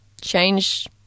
change